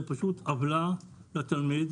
זה פשוט עוולה לתלמיד,